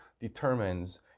determines